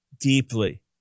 deeply